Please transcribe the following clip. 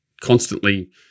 constantly